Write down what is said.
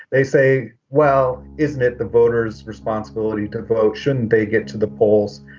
they say, well, isn't it the voter's responsibility to vote? shouldn't they get to the polls?